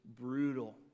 brutal